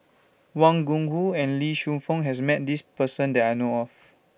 Wang Gungwu and Lee Shu Fen has Met This Person that I know of